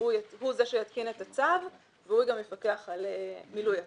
הוא זה שיתקין את הצו והוא גם יפקח על מילוי הצו.